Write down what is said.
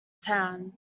town